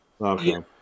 okay